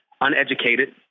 uneducated